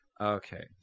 Okay